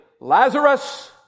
Lazarus